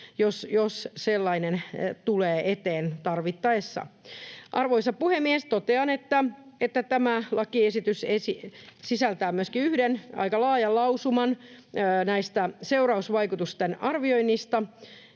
jos sellainen tulee eteen. Arvoisa puhemies! Totean, että tämä lakiesitys sisältää myöskin yhden aika laajan lausuman näistä seurausvaikutusten arvioinneista